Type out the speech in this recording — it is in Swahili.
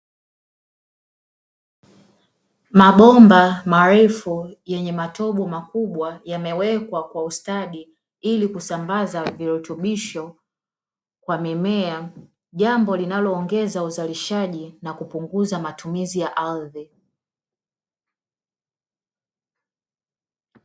Mabomba marefu yenye matobo makubwa yamewekwa kwa ustadi, ili kusambaza virutubisho kwa mimea, jambo linaloongeza uzalishaji na kupunguza matumizi ya ardhi.